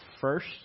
first